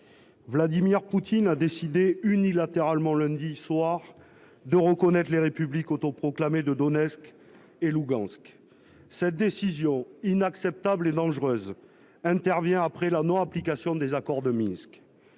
Vladimir Poutine a décidé unilatéralement, lundi soir, de reconnaître les républiques autoproclamées de Donetsk et Lougansk cette décision inacceptable et dangereuse intervient après la non application des accords de Minsk